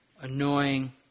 annoying